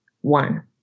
one